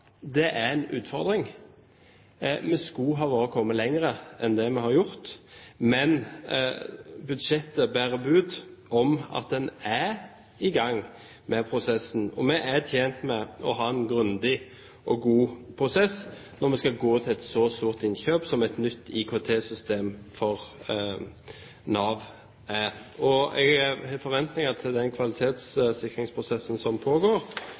Det er en utfordring. Vi skulle ha kommet lenger enn det vi har gjort, men budsjettet bærer bud om at en er i gang med prosessen. Vi er tjent med å ha en grundig og god prosess når vi skal gå til et så stort innkjøp som et nytt IKT-system for Nav er. Jeg har forventninger til den kvalitetssikringsprosessen som pågår